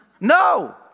No